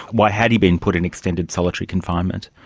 why had he been put in extended solitary confinement?